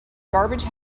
garbage